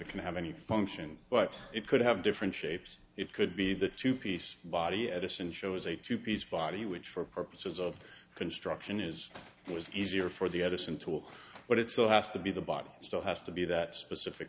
it can have any function but it could have different shapes it could be the two piece body edison show is a two piece body which for purposes of construction is was easier for the edison tool but it still has to be the bottom still has to be that specific